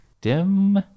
dim